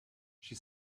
she